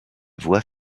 voies